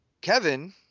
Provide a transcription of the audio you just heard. Kevin